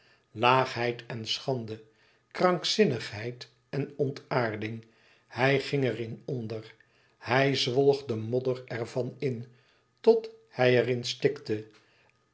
laagheid en schande krankzinnigheid en ontaarding hij ging er in onder hij zwolg de modder ervan in tot hij er